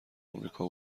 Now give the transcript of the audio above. آمریکا